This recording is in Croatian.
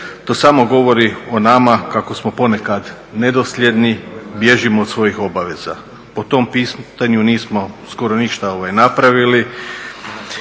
To samo govori o nama kako smo ponekad nedosljedni, bježimo od svojih obaveza. Po tom pitanju nismo skoro ništa napravili